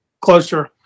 closer